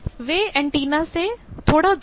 वे antenna से थोड़ा दूर हैं